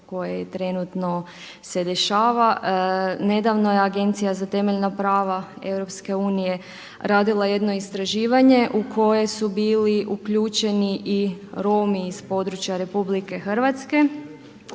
koje trenutno se dešava. Nedavno je Agencija za temeljna prava EU radila jedno istraživanje u koje su bili uključeni i Romi iz područja RH i rezultati